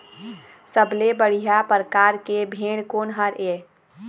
सबले बढ़िया परकार के भेड़ कोन हर ये?